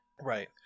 Right